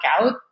out